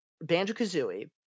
Banjo-Kazooie